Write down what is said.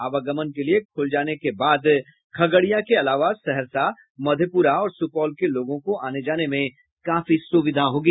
आवागमन के लिये खूल जाने के बाद खगड़िया के अलावा सहरसा मधेप्रा और सूपौल के लोगों को आने जाने में काफी सूविधा होगी